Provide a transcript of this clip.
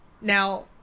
Now